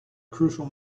crucial